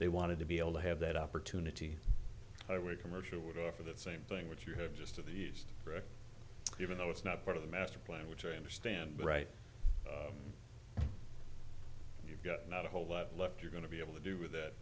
they wanted to be able to have that opportunity i would commercial with after that same thing what you have just of these even though it's not part of the master plan which i understand right you've got not a whole lot left you're going to be able to do with that